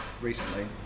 recently